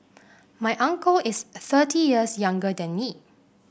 my uncle is thirty years younger than me